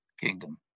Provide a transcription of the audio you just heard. kingdom